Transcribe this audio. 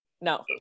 no